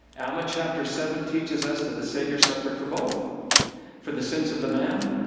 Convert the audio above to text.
alma chapter seven teaches us that the savior suffered for both for the sins of the man,